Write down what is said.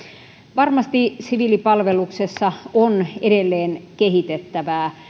varmasti siviilipalveluksessa on edelleen kehitettävää